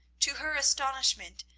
to her astonishment,